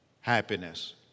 happiness